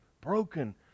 broken